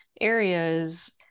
areas